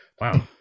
wow